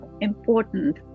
important